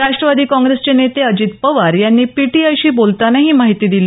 राष्ट्रवादी काँग्रेसचे नेते अजित पवार यांनी पीटीआयशी बोलताना ही माहिती दिली